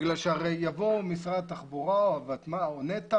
בגלל שהרי יבוא משרד התחבורה או נת"ע,